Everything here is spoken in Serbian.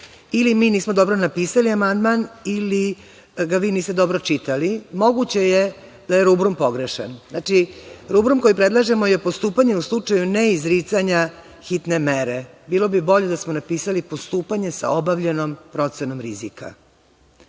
Ili mi nismo dobro napisali amandman ili ga vi niste dobro čitali. Moguće da je rumbrum pogrešan. Znači, rumbrum koji predlažemo je postupanje u slučaju neizricanja hitne mere. Bilo bi bolje da smo napisali – postupanje sa obavljenom procenom rizika.